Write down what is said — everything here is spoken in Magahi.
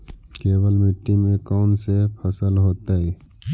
केवल मिट्टी में कौन से फसल होतै?